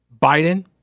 Biden